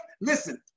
listen